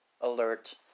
Alert